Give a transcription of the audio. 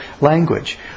language